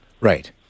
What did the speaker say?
Right